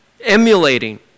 emulating